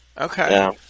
Okay